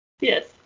Yes